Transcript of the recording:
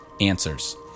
answers